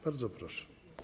Bardzo proszę.